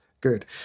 Good